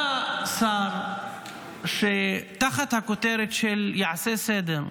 בא שר, שתחת הכותרת של "יעשה סדר"